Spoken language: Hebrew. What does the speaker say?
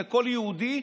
לכל יהודי,